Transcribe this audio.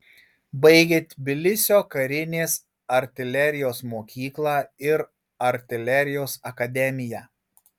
baigė tbilisio karinės artilerijos mokyklą ir artilerijos akademiją